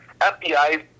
FBI